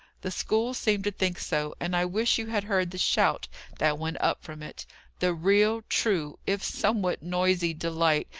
the school seemed to think so and i wish you had heard the shout that went up from it the real, true, if somewhat noisy delight,